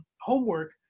homework